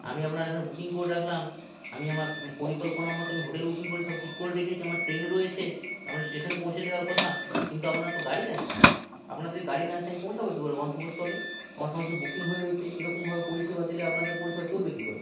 আমি আপনার এখানে বুকিং করে রাখলাম আমি আমার পরিকল্পনা মতো আমি হোটেলে বুকিং করে সব ঠিক করে রেখেছি আমার ট্রেন রয়েছে আপনার স্টেশন পৌঁছে দেওয়ার কথা কিন্তু আপনার তো গাড়িই আসছে না আপনাদের গাড়ি না এসে আমি পৌঁছাব কি করে গন্তব্যস্থলে আমার সমস্ত কিছু বুকিং হয়ে রয়েছে এরকমভাবে পরিষেবা দিলে আপনাদের পরিষেবা চলবে কী করে